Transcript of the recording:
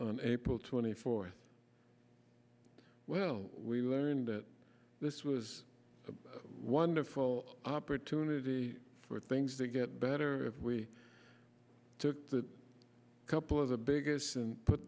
on april twenty fourth well we learned that this was a wonderful opportunity for things to get better if we took a couple of the biggest and put